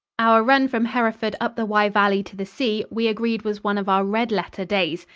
our run from hereford up the wye valley to the sea, we agreed was one of our red-letter days.